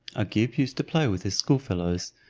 agib used to play with his schoolfellows,